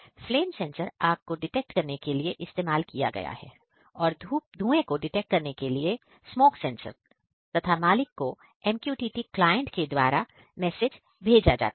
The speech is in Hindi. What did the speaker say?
फ्लैम सेंसर आग को डिटेक्ट करने के लिए इस्तेमाल किया गया है और धूए को डिटेकट करने के लिए स्मोक सेंसर तथा मालिक को MQTT क्लाइंट के द्वारा मैसेज भेजा जाता है